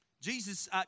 Jesus